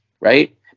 right